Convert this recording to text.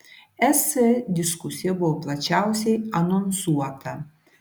es diskusija buvo plačiausiai anonsuota